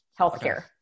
healthcare